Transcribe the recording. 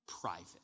private